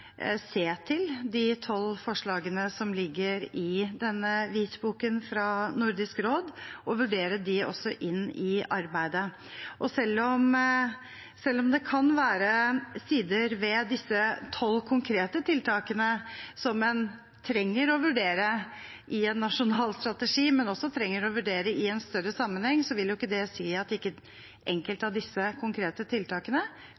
se til de tolv forslagene som ligger i hvitboken fra Nordisk råd, og vurdere dem i arbeidet. Selv om det kan være sider ved disse tolv konkrete tiltakene som en trenger å vurdere i en nasjonal strategi – men også i en større sammenheng – vil jo ikke det si at ikke enkelte av disse konkrete tiltakene